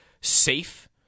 safe